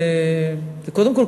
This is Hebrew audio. קודם כול,